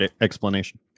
explanation